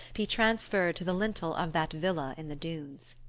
be transferred to the lintel of that villa in the dunes.